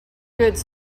goods